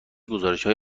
گزارشهای